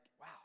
wow